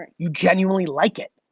and you genuinely like it.